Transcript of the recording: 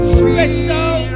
special